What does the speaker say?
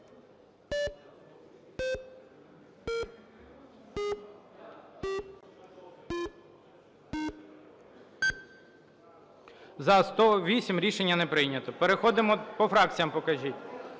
За-108 Рішення не прийнято. Переходимо… По фракціям покажіть.